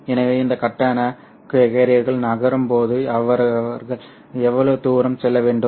எனவே இந்த கட்டண கேரியர்கள் நகரும்போது அவர்கள் எவ்வளவு தூரம் செல்ல வேண்டும்